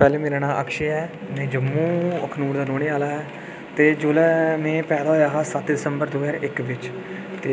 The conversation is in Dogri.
पैह्ले मेरा नांऽ अक्षय ऐ में जम्मू अखनूर दा रौह्ने आह्ला ऐ ते जुल्लै में पैदा होए आ हा सत्त दिसबंर दो ज्हार इक च ते